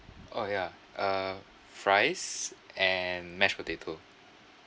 oh ya uh fries and mash potato